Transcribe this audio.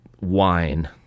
wine